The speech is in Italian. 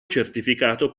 certificato